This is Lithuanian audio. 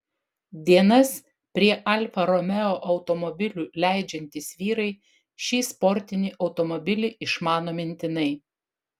dienas prie alfa romeo automobilių leidžiantys vyrai šį sportinį automobilį išmano mintinai